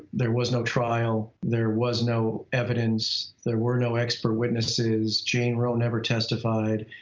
there was no trial, there was no evidence, there were no expert witnesses. jane roe never testified.